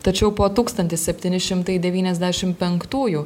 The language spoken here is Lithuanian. tačiau po tūkstantis septyni šimtai devyniasdešim penktųjų